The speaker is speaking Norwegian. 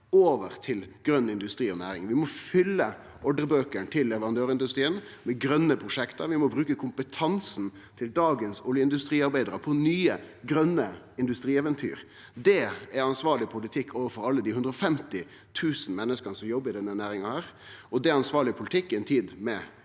over til grøn industri og næring. Vi må fylle ordrebøkene til leverandørindustrien med grøne prosjekt. Vi må bruke kompetansen til dagens oljeindustriarbeidarar på nye grøne industrieventyr. Det er ansvarleg politikk overfor alle dei 150 000 menneska som jobbar i denne næringa, og det er ansvarleg politikk i ei tid med